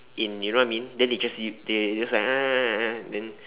in you know what I mean then they just they just like then